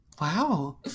Wow